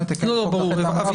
תכף נשמע את משרד המשפטים,